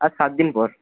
আর সাত দিন পর